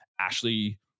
Ashley